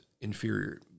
inferior